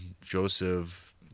Joseph